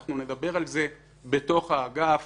אנחנו נדבר על זה בתוך האגף